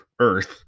earth